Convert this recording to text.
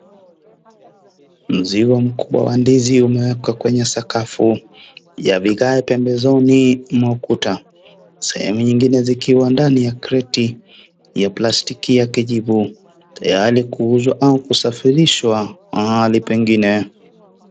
Mziwa mkubwa wa ndizi umewekwa kwenye sakafu. Ya vigaa pembezoni mwa ukuta, sehemu nyingine zikiwa ndani ya kreti ya plastiki ya kijibu, tayari kuuzwa au kusafirishwa mahali pengine